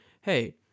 hey